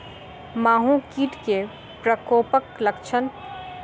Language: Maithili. माहो कीट केँ प्रकोपक लक्षण?